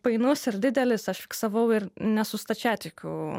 painus ir didelis aš fiksavau ir ne su stačiatikių